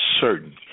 certain